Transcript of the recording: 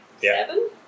Seven